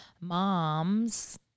moms